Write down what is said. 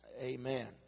Amen